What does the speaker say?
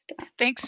Thanks